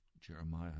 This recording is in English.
Jeremiah